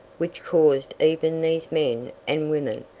which caused even these men and women,